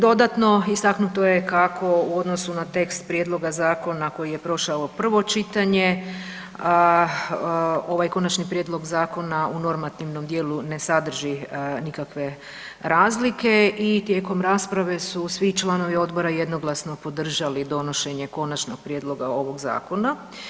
Dodatno, istaknuto je kako u odnosu na tekst prijedloga zakona koji je prošao prvo čitanje ovaj konačni prijedlog zakona u normativnom dijelu ne sadrži nikakve razlike i tijekom rasprave su svi članovi odbora jednoglasno podržali donošenje konačnog prijedloga ovog zakona.